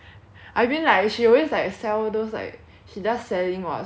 I mean like she always like sell those like she does selling [what] so I can get